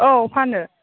औ फानो